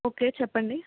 okay చెప్పండి